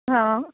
ହଁ